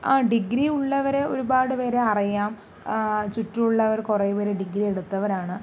ആ ഡിഗ്രി ഉള്ളവരെ ഒരുപാട് പേരെ അറിയാം ചുറ്റുമുള്ളവർ കുറേപേർ ഡിഗ്രി എടുത്തവരാണ്